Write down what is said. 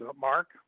Mark